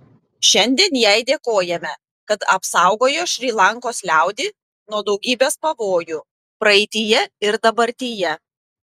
šiandien jai dėkojame kad apsaugojo šri lankos liaudį nuo daugybės pavojų praeityje ir dabartyje